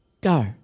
Go